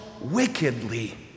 wickedly